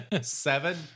Seven